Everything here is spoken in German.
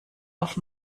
auf